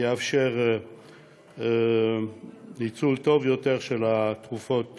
יאפשר ניצול טוב יותר של התרופות